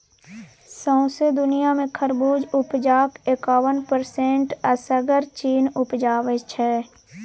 सौंसे दुनियाँ मे खरबुज उपजाक एकाबन परसेंट असगर चीन उपजाबै छै